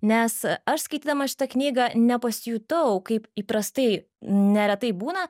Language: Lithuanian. nes aš skaitydama šitą knygą nepasijutau kaip įprastai neretai būna